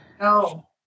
no